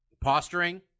posturing